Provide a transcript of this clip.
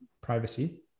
privacy